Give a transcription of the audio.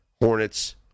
Hornets